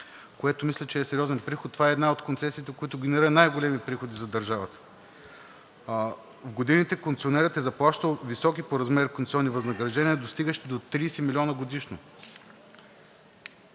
което мисля, че е сериозен приход. Това е една от концесиите, които генерира най-големи приходи за държавата. В годините концесионерът е заплащал високи по размер концесионни възнаграждения, достигащи до 30 милиона годишно.